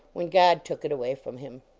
when god took it away from him.